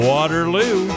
Waterloo